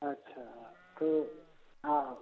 अच्छा तो और